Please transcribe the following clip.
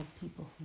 people